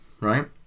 right